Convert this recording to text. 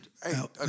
Hey